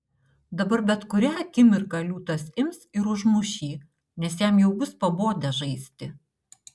dabar bet kurią akimirką liūtas ims ir užmuš jį nes jam jau bus pabodę žaisti